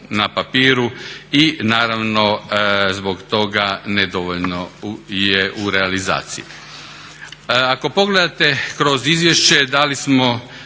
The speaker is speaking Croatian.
na papiru i naravno zbog toga nedovoljno je u realizaciji. Ako pogledate kroz izvješće dali smo